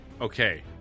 Okay